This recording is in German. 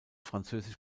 französisch